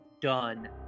done